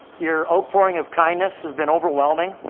your outpouring of kindness has been overwhelming.